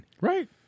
Right